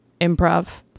improv